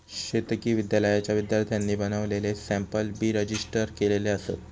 शेतकी विद्यालयाच्या विद्यार्थ्यांनी बनवलेले सॅम्पल बी रजिस्टर केलेले असतत